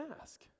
ask